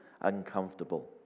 uncomfortable